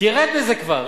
תרד מזה כבר,